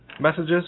messages